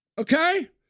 okay